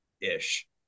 ish